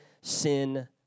sin